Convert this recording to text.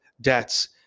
debts